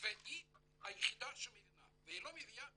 והיא היחידה שמבינה והיא לא מביאה גרוש.